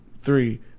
three